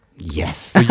Yes